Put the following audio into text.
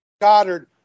Goddard